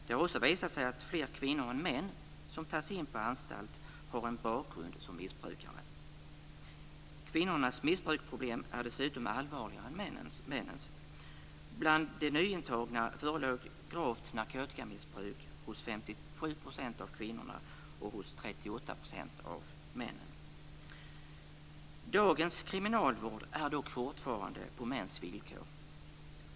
Det har också visat sig att fler kvinnor än män som tas in på anstalt har en bakgrund som missbrukare. Kvinnornas missbruksproblem är dessutom allvarligare än männens. Bland de nyintagna förelåg gravt narkotikamissbruk hos 57 % av kvinnorna och hos Dagens kriminalvård är dock fortfarande på mäns villkor.